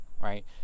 right